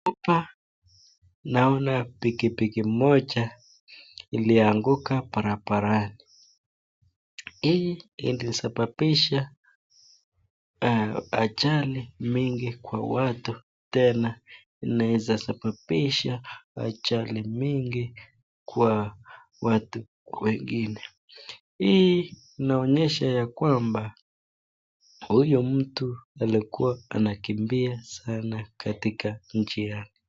Hapa naona pikipiki moja ilianguka barabarani. Hii inasababisha ajali nyingi kwa watu, tena inaweza sababisha ajali nyingi kwa watu wengine. Hii inaonyesha ya kwamba huyu mtu alikuwa anakimbia sana katika njia hii.